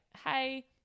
hey